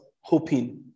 Hoping